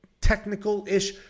technical-ish